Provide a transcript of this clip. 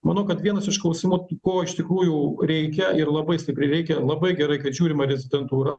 manau kad vienas iš klausimų ko iš tikrųjų reikia ir labai stipriai reikia labai gerai kad žiūrima magistrantūrą